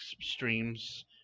streams